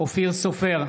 אופיר סופר,